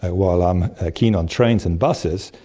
ah while i'm keen on trains and buses,